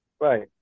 right